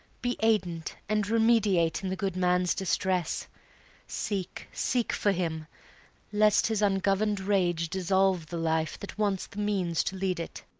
be aidant and remediate in the good man's distress seek, seek for him lest his ungovern'd rage dissolve the life that wants the means to lead it.